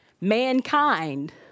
Mankind